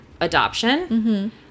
adoption